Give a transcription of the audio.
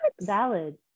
valid